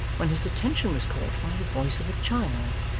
when his attention was caught by the voice of a child.